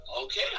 Okay